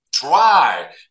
Try